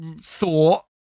thought